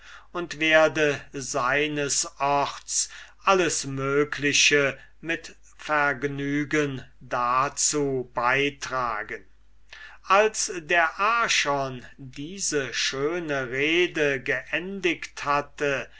und werde seines orts alles mögliche mit vergnügen dazu beitragen als der archon diese schöne rede geendigt hatte